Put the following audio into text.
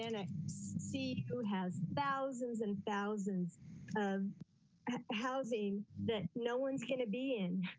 and see who has thousands and thousands of housing that no one's going to be in.